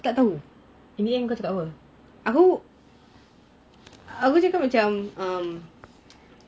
ini yang kau cakap apa